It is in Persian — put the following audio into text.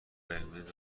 قرمز